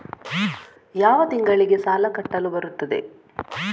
ಯಾವ ತಿಂಗಳಿಗೆ ಸಾಲ ಕಟ್ಟಲು ಬರುತ್ತದೆ?